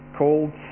called